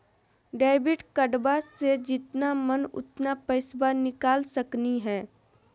Debit कार्डबा से जितना मन उतना पेसबा निकाल सकी हय?